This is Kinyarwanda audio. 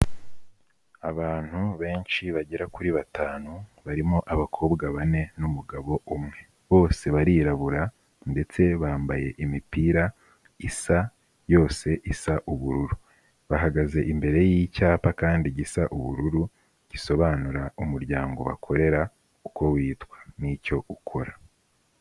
Abantu benshi bagera kuri batanu barimo abakobwa bane n'umugabo umwe, bose barirabura ndetse bambaye imipira isa yose isa ubururu, bahagaze imbere y'icyapa kandi gisa ubururu, gisobanura umuryango bakorera uko witwa n'icyo ukora.